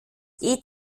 geht